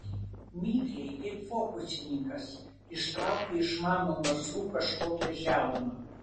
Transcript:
mikliai kaip fokusininkas ištraukė iš mano nasrų kažkokią žiauną